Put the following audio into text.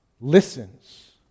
listens